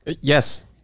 Yes